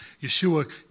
Yeshua